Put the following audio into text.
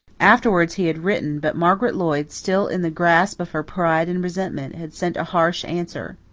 afterwards he had written, but margaret lloyd, still in the grasp of her pride and resentment, had sent a harsh answer.